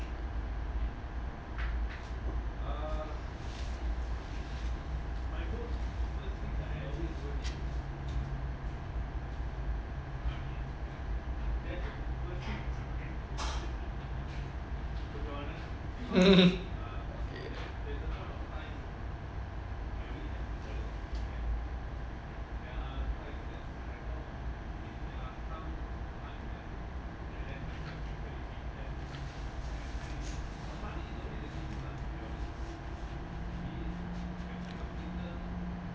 mm mm mm